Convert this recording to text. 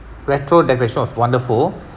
retro decoration was wonderful